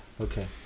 Okay